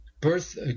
birth